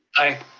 aye.